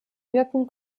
wirken